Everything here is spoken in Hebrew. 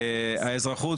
האזרחות,